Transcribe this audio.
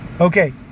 okay